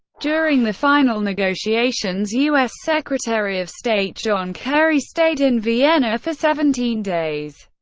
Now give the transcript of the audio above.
during the final negotiations, u s. secretary of state john kerry stayed in vienna for seventeen days,